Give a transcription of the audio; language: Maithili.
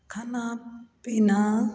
खाना पीना